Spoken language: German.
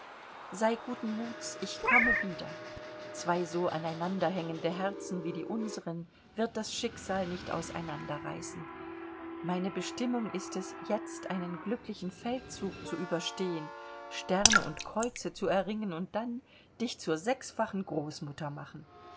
sei guten muts ich komme wieder zwei so aneinander hängende herzen wie die unseren wird das schicksal nicht auseinander reißen meine bestimmung ist es jetzt einen glücklichen feldzug zu überstehen sterne und kreuze zu erringen und dann dich zur sechsfachen großmutter machen